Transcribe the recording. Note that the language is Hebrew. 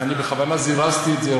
אני בכוונה זירזתי את זה,